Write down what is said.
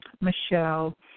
Michelle